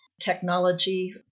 technology